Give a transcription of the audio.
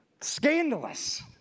scandalous